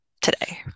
today